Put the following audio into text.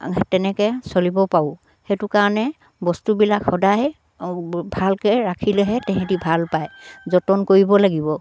তেনেকে চলিব পাৰোঁ সেইটো কাৰণে বস্তুবিলাক সদায় ভালকে ৰাখিলেহে তেহেঁতি ভাল পায় যতন কৰিব লাগিব